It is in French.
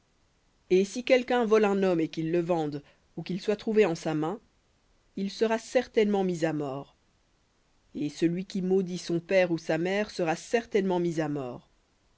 et si quelqu'un vole un homme et qu'il le vende ou qu'il soit trouvé en sa main il sera certainement mis à mort et celui qui maudit son père ou sa mère sera certainement mis à mort